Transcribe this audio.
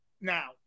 now